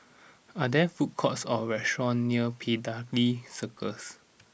are there food courts or restaurants near Piccadilly Circus